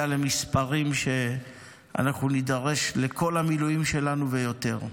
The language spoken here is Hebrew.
למספרים שאנחנו נידרש לכל המילואים שלנו ויותר.